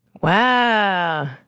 Wow